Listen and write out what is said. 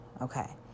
Okay